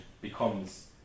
becomes